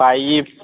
pipe